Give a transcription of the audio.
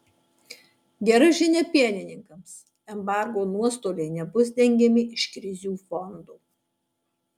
gera žinia pienininkams embargo nuostoliai nebus dengiami iš krizių fondo